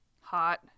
Hot